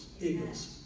eagles